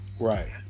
Right